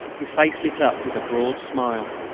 his face lit up with a broad smile.